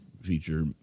feature